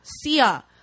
Sia